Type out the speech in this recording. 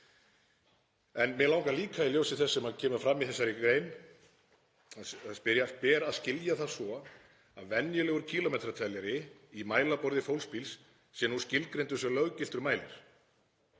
En mig langar líka, í ljósi þess sem kemur fram í þessari grein, að spyrja: Ber að skilja það svo að venjulegur kílómetrateljari í mælaborði fólksbíls sé skilgreindur sem löggiltur mælir?